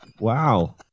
Wow